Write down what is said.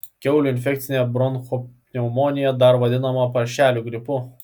kiaulių infekcinė bronchopneumonija dar vadinama paršelių gripu